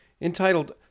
entitled